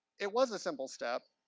it was ah simple step.